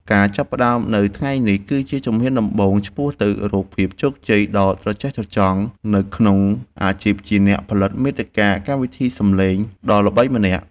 ការចាប់ផ្តើមនៅថ្ងៃនេះគឺជាជំហានដំបូងឆ្ពោះទៅរកភាពជោគជ័យដ៏ត្រចះត្រចង់នៅក្នុងអាជីពជាអ្នកផលិតមាតិកាកម្មវិធីសំឡេងដ៏ល្បីម្នាក់។